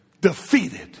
defeated